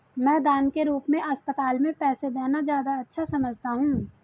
मैं दान के रूप में अस्पताल में पैसे देना ज्यादा अच्छा समझता हूँ